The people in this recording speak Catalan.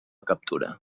captura